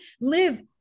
live